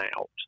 out